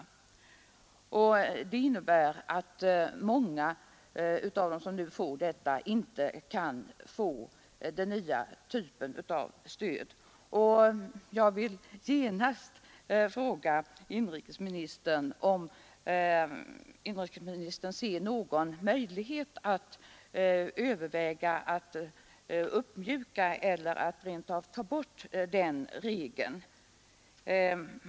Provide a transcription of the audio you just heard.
Det betyder att många av dem som nu får stöd inte kan få den nya typen av stöd. Jag vill genast fråga inrikesministern om han ser någon möjlighet att överväga en uppmjukning eller rent av ett borttagande av denna regel.